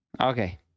Okay